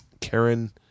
Karen